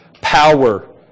power